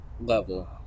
level